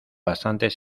bastantes